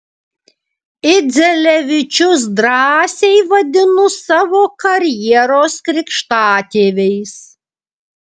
idzelevičius drąsiai vadinu savo karjeros krikštatėviais